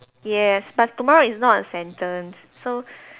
yes but tomorrow is not a sentence so